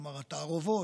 כלומר התערובות,